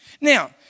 Now